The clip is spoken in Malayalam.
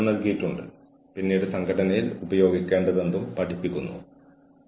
അതിനാൽ അവർക്ക് മീറ്റിംഗുകളിൽ പങ്കെടുക്കാനും മാനേജർമാരുമായി സംവദിക്കാനും കഴിയും